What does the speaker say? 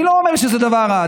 אני לא אומר שזה דבר רע,